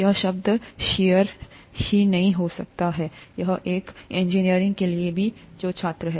यह शब्द शीयर ही नया हो सकता है यहां तक कि इंजीनियरों के लिए भी जो छात्र हैं